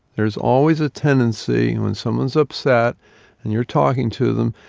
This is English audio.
there is always a tendency when someone is upset and you are talking to them,